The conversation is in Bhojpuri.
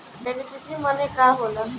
बेनिफिसरी मने का होला?